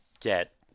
get